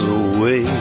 away